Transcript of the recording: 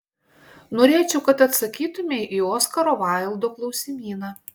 norėčiau kad atsakytumei į oskaro vaildo klausimyną